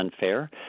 unfair